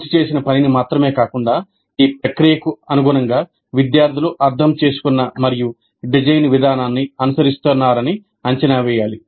పూర్తి చేసిన పనిని మాత్రమే కాకుండా ఈ ప్రక్రియకు అనుగుణంగా విద్యార్థులు అర్థం చేసుకున్న మరియు డిజైన్ విధానాన్ని అనుసరిస్తున్నారని అంచనా వేయాలి